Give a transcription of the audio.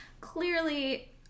clearly